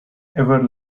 ever